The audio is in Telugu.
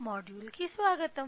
బై మాడ్యూల్కు స్వాగతం